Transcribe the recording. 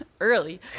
early